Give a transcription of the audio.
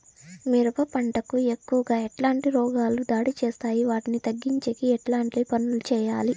మిరప పంట కు ఎక్కువగా ఎట్లాంటి రోగాలు దాడి చేస్తాయి వాటిని తగ్గించేకి ఎట్లాంటి పనులు చెయ్యాలి?